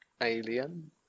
alien